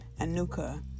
Anuka